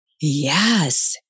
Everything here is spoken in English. Yes